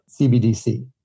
CBDC